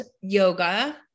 yoga